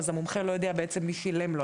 אז המומחה לא יודע מי שילם לו.